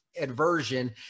aversion